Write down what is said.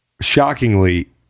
shockingly